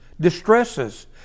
distresses